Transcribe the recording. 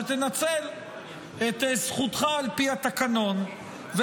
שתנצל את זכותך על פי התקנון,